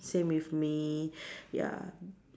same with me ya